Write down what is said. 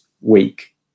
week